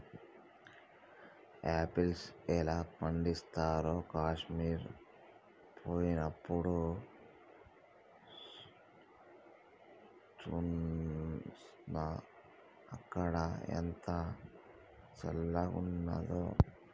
apples ఎలా పండిస్తారో కాశ్మీర్ పోయినప్డు చూస్నా, అక్కడ ఎంత చల్లంగున్నాదో